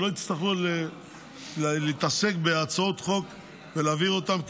כדי שלא יצטרכו להתעסק בהצעות חוק ולהעביר אותן.